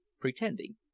pretending